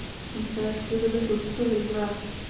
she said, with a little thrilling laugh,